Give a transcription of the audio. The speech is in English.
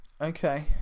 Okay